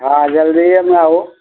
हँ जल्दिएमे आउ